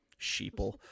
sheeple